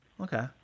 Okay